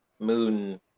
moon